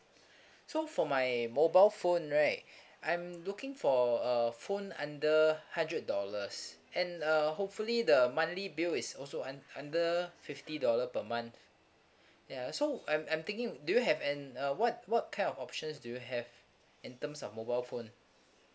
so for my mobile phone right I'm looking for a phone under hundred dollars and uh hopefully the monthly bill is also un~ under fifty dollar per month ya so I'm I'm thinking do you have and uh what what kind of options do you have in terms of mobile phone